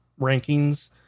rankings